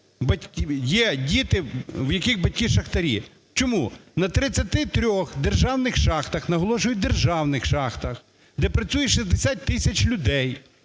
є діти, у яких батьки – шахтарі. Чому. На 33-х державних шахтах, наголошую, державних шахтах, де працює 60 тисяч людей,